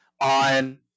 on